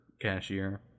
cashier